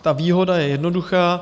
Ta výhoda je jednoduchá.